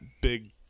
big